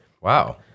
Wow